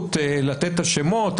אפשרות לתת את השמות,